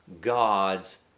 God's